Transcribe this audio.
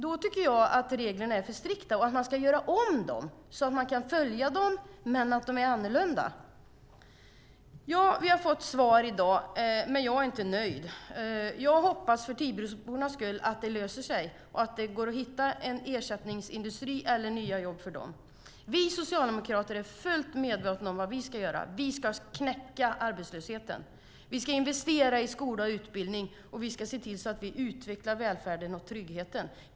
Då tycker jag att reglerna är för strikta och att de ska göras om. Man ska kunna följa dem, men de ska vara annorlunda. Ja, vi har fått svar i dag, men jag är inte nöjd. Jag hoppas för Tibrobornas skull att det löser sig och att det går att hitta en ersättningsindustri eller nya jobb. Vi socialdemokrater är fullt medvetna om vad vi ska göra. Vi ska knäcka arbetslösheten. Vi ska investera i skola och utbildning. Vi ska se till att utveckla välfärden och tryggheten.